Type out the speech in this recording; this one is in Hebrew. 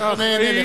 ואני אענה לך.